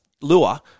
lure